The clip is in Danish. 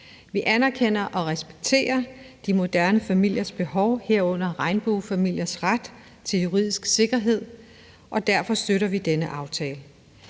Vi anerkender og respekterer de moderne familiers behov, herunder regnbuefamiliers ret til juridisk sikkerhed, og derfor støtter vi denne aftale.